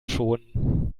schon